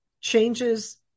changes